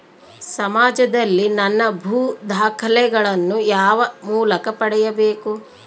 ಸಮಾಜದಲ್ಲಿ ನನ್ನ ಭೂ ದಾಖಲೆಗಳನ್ನು ಯಾವ ಮೂಲಕ ಪಡೆಯಬೇಕು?